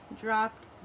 dropped